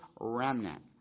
remnant